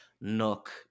nook